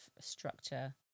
structure